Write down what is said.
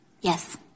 Yes